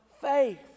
faith